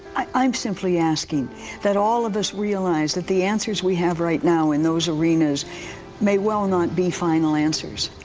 i'm simply asking that all of us realize that the answers we have right now in those arenas may well not be final answers,